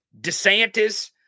DeSantis